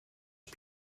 das